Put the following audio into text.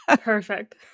Perfect